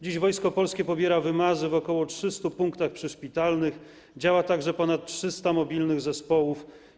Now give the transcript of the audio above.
Dziś Wojsko Polskie pobiera wymazy w ok. 300 punktach przyszpitalnych, działa także ponad 300 mobilnych zespołów.